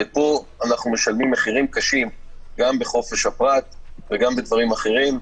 ופה אנחנו משלמים מחירים קשים גם בחופש הפרט וגם בדברים אחרים,